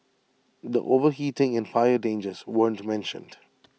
the overheating and fire dangers weren't mentioned